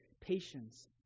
patience